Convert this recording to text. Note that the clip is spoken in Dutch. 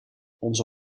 onze